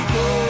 go